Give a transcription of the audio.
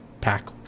pack